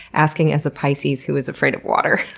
asking as a pisces who is afraid of water.